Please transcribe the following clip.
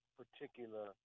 particular